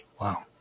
Wow